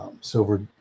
silver